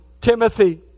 Timothy